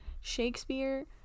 Shakespeare